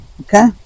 Okay